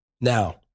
Now